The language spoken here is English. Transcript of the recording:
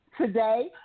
today